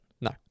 No